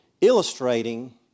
illustrating